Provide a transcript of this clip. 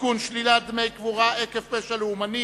בנושא שלילת דמי קבורה עקב פשע לאומני